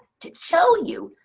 to show you,